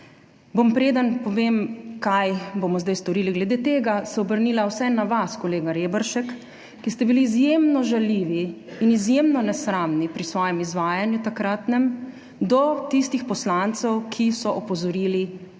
bom, preden povem, kaj bomo zdaj storili glede tega, obrnila vsaj na vas, kolega Reberšek, ki ste bili izjemno žaljivi in izjemno nesramni pri svojem takratnem izvajanju do tistih poslancev, ki so opozorili,